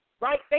right